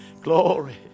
glory